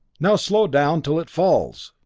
now slow down till it falls.